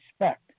respect